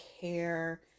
care